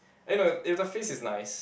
eh no if the face is nice